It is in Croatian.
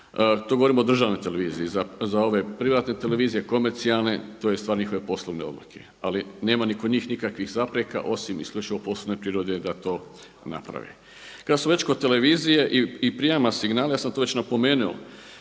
To govorim o državnoj televiziji. Za ove privatne televizije, komercijalne, to je stvar njihove poslovne odluke. Ali nema ni kod njih nikakvih zapreka osim isključivo poslovne prirode da to naprave. Kada smo već kod televizije i prijema signala, ja sam to već napomenuo